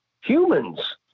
humans